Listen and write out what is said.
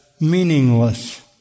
meaningless